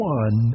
one